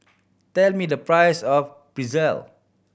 tell me the price of Pretzel